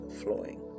flowing